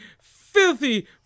filthy